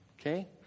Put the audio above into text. Okay